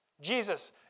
Jesus